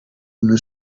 una